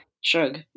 shrug